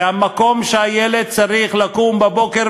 זה המקום שהילד צריך לקום בבוקר,